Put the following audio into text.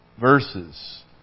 verses